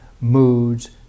moods